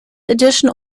edition